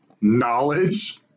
knowledge